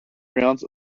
grounds